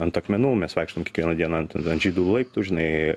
ant akmenų mes vaikštom kiekvieną dieną ant ant žydų laiptų žinai